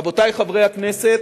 רבותי חברי הכנסת,